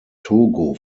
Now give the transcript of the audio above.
togo